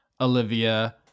Olivia